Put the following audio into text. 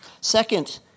Second